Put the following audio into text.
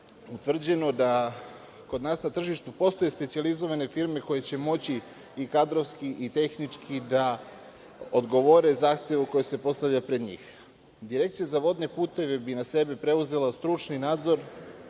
utvrđeno da kod nas na tržištu postoje specijalizovane firme koje će moći i kadrovski i tehnički da odgovore zahtevu koji se postavlja pred njih. Direkcija za vodne puteve bi na sebe preuzela stručni nadzor